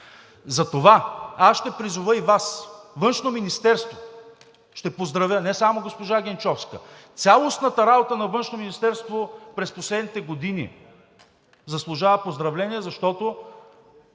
Затова аз ще призова и Вас – Външно министерство, ще поздравя не само госпожа Генчовска, цялостната работа на Външно министерство през последните години заслужава поздравления, защото